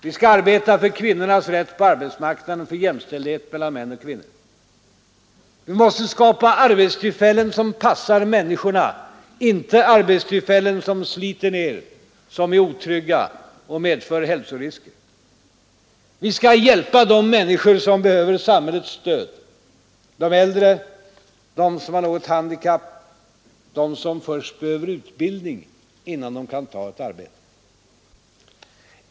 Vi skall arbeta för kvinnornas rätt på arbetsmarknaden, för jämställdhet mellan män och kvinnor. Vi måste skapa arbetstillfällen som passar människorna, inte arbetstillfällen som sliter ner, som är otrygga och medför hälsorisker. Vi skall hjälpa de människor som behöver samhällets stöd — de äldre, de som har något handikapp och de som först behöver utbildning innan de kan ta ett arbete.